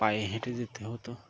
পায়ে হেঁটে যেতে হতো